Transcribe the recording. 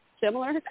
similar